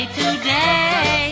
today